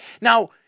now